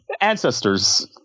Ancestors